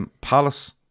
Palace